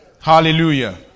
Hallelujah